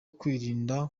kwirinda